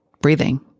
breathing